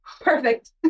Perfect